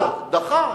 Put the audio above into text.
דחה,